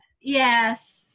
Yes